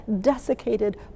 desiccated